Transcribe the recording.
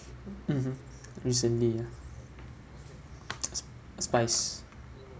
mmhmm recently ah s~ a spice